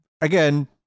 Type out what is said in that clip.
Again